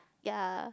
yea